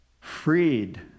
freed